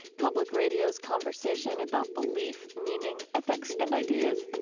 public radio's conversation about belief, meaning, ethics and ideas